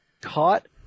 caught